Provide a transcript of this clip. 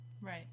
Right